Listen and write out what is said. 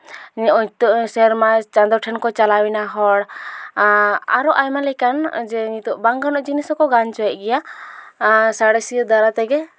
ᱱᱚᱜᱼᱚᱸᱭ ᱛᱩᱨᱩᱭ ᱥᱮᱨᱢᱟ ᱪᱟᱸᱫᱳ ᱴᱷᱮᱱ ᱠᱚ ᱪᱟᱞᱟᱣ ᱮᱱᱟ ᱦᱚᱲ ᱟᱨᱚ ᱟᱭᱢᱟ ᱞᱮᱠᱟᱱ ᱡᱮ ᱱᱤᱛᱚᱜ ᱵᱟᱝ ᱜᱟᱱᱚᱜ ᱡᱤᱱᱤᱥ ᱦᱚᱸᱠᱚ ᱜᱟᱱ ᱦᱚᱪᱚᱭᱮᱜ ᱜᱮᱭᱟ ᱟᱨ ᱥᱟᱬᱮᱥᱤᱭᱟᱹ ᱫᱟᱨᱟᱭ ᱛᱮᱜᱮ